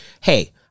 hey